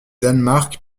danemark